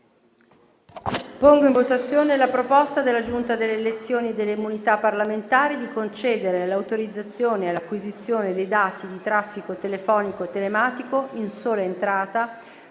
simultaneo della proposta della Giunta delle elezioni e delle immunità parlamentari di concedere l'autorizzazione all'acquisizione dei dati di traffico telefonico/telematico, in sola entrata,